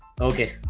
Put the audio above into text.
okay